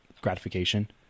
gratification